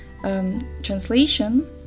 translation